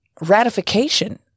ratification